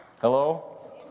Hello